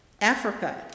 Africa